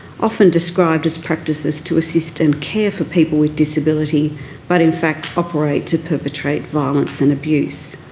often described as practices to assist and care for people with disability but in fact operate to perpetrate violence and abuse.